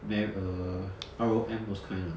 nev~ err R_O_M those kind lah